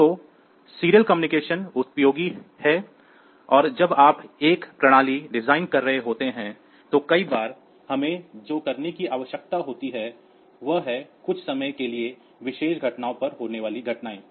तो क्रमिक संचार उपयोगी है और जब आप एक प्रणाली डिजाइन कर रहे होते हैं तो कई बार हमें जो करने की आवश्यकता होती है वह है कुछ समय के विशेष घटनाओं पर होने वाली घटनाएं